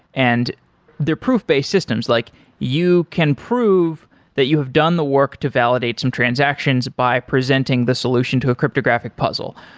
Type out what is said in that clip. and they're proof-based systems, like you can prove that you have done the work to validate some transactions by presenting the solution to a cryptographic puzzle.